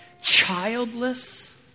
childless